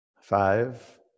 Five